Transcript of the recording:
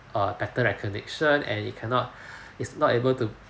err better recognition and it cannot it's not able to